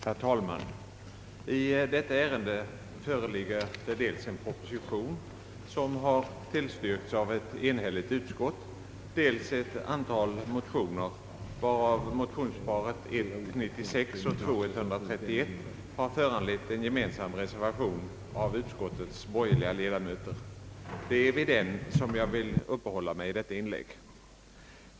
Herr talman! I detta ärende föreligger dels en proposition, som har tillstyrkts av ett enhälligt utskott, dels ett antal motioner, varav motionsparet I:96 och II: 131 har föranlett en gemensam reservation av utskottets borgerliga ledamöter. Det är vid den jag vill uppehålla mig i detta inlägg.